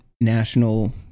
national